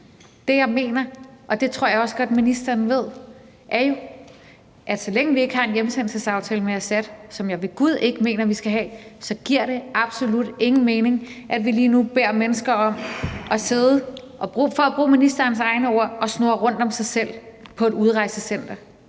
Det, jeg mener, og det tror jeg også godt ministeren ved, er jo, at så længe vi ikke har en hjemsendelsesaftale med Assad, som jeg ved gud ikke mener vi skal have, så giver det absolut ingen mening, at vi lige nu beder mennesker om at sidde og – for at bruge ministerens egne ord – snurre rundt om sig selv på et udrejsecenter.